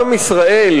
גם ישראל,